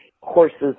horses